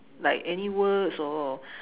like any words or